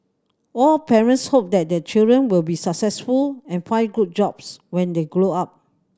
all parents hope that their children will be successful and find good jobs when they grow up